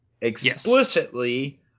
explicitly